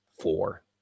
four